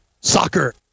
Soccer